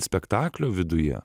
spektaklio viduje